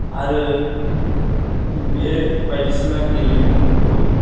आरो बे बायदिसिना गेलेमुफोरखौ